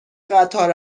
قطار